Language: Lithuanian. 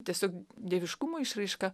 tiesiog dieviškumo išraiška